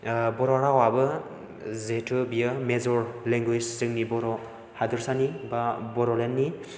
बर' रावाबो जिहेथु बेयो मेजर लेंगुवेज जोंनि बर' हादोरसानि एबा बड'लेण्ड नि